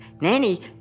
Nanny